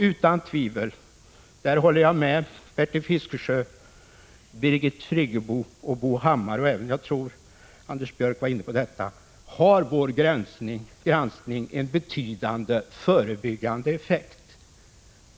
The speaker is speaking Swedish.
Jag håller med Bertil Fiskesjö, Birgit Friggebo, Bo Hammar och Anders Björck om att vår granskning utan tvivel har en betydande förebyggande effekt.